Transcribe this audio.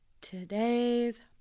Today's